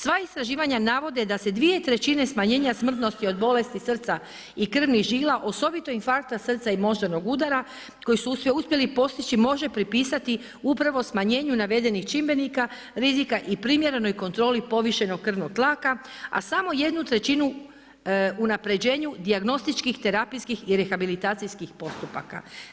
Sva istraživanja navode da se dvije trećine smanjenja smrtnosti od bolesti srca i krvnih žila osobito infarkta srca i moždanog udara koji su se uspjeli postići može pripisati upravo smanjenju navedenih čimbenika rizika i primjerenoj kontroli povišenog krvnog tlaka, a samo 1/3 unapređenju dijagnostičkih terapijskih i rehabilitacijskih postupaka.